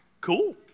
Cool